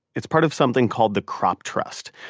it's part of something called the crop trust.